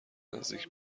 نزدیک